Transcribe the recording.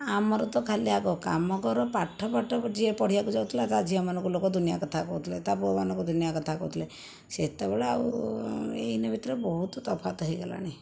ଆମର ତ ଖାଲି ଆଗ କାମ କର ପାଠ ପାଠ ଯିଏ ପଢ଼ିବାକୁ ଯାଉଥିଲା ତା ଝିଅମାନଙ୍କୁ ଲୋକ ଦୁନିଆଁ କଥା କହୁଥିଲେ ତା ପୁଅମାନଙ୍କୁ ଦୁନିଆଁ କଥା କହୁଥିଲେ ସେତେବେଳ ଆଉ ଏଇନେ ଭିତରେ ବହୁତ ତଫାତ ହୋଇଗଲାଣି